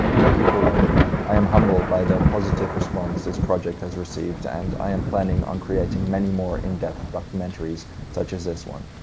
thank you for watching. i am humbled by the positive response this project has received and i am planning on creating many more in-depth documentaries such as this one.